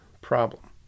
problem